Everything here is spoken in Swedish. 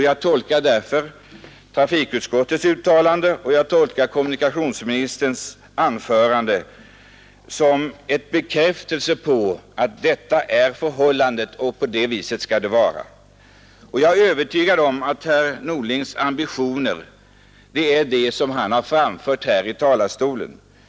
Jag tolkar därför trafikutskottets uttalande och kommunikationsministerns anförande som en bekräftelse på att så är förhållandet och att det skall vara på det viset. Jag är övertygad om att herr Norlings ambitioner är vad han har framfört här i talarstolen.